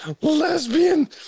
lesbian